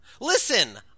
Listen